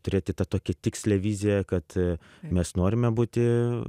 turėti tą tokią tikslią viziją kad mes norime būti